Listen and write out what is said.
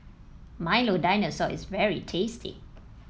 Milo Dinosaur is very tasty